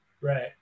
Right